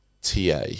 TA